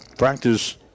Practice